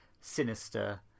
sinister